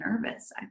nervous